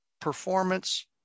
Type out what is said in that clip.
performance